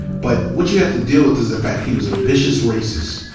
but what you have to deal with is the fact he was a vicious racist,